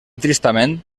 tristament